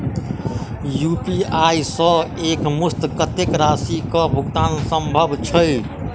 UPI सऽ एक मुस्त कत्तेक राशि कऽ भुगतान सम्भव छई?